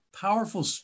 powerful